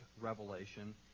revelation